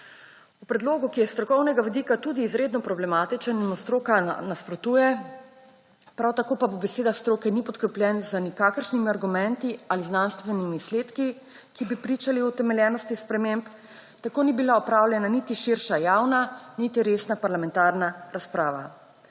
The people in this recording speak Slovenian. V predlogu, ki je iz strokovnega vidika tudi izredno problematičen in mu stroka nasprotuje, prav tako pa beseda stroke ni podkrepljen z nikakršnimi argumenti ali znanstvenimi izsledki, ki bi pričali o utemeljenosti sprememb, tako ni bila opravljena niti širša javna niti resna parlamentarna razprava.